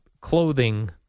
clothing